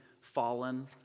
fallen